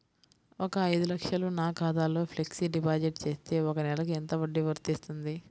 ఒక ఐదు లక్షలు నా ఖాతాలో ఫ్లెక్సీ డిపాజిట్ చేస్తే ఒక నెలకి ఎంత వడ్డీ వర్తిస్తుంది?